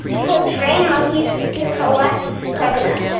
people train monkeys to collect coconuts.